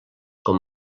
com